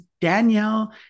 Danielle